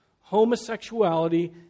homosexuality